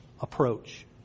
approach